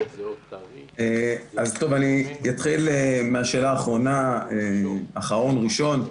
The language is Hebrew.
אני אתחיל מהשאלה האחרונה, אחרון ראשון,